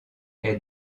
est